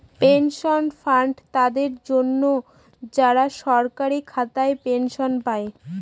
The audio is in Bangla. পেনশন ফান্ড তাদের জন্য, যারা সরকারি খাতায় পেনশন পায়